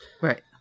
right